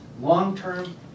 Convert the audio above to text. long-term